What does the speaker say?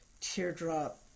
teardrop